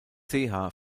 fällt